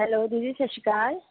hello ਦੀਦੀ ਸਤਿ ਸ਼੍ਰੀ ਅਕਾਲ